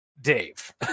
Dave